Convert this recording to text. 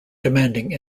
demanding